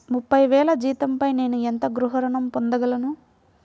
ముప్పై వేల జీతంపై నేను ఎంత గృహ ఋణం పొందగలను?